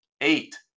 eight